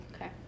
Okay